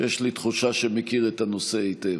שיש לי תחושה שמכיר את הנושא היטב.